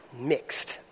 mixed